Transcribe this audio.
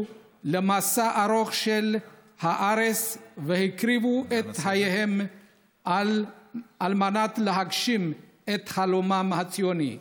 למסע ארוך לארץ והקריבו את חייהם על מנת להגשים את חלומם הציוני.